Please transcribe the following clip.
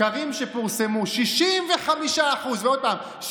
הסקרים שפורסמו: 65% ועוד פעם,